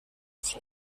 sie